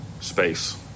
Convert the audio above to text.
space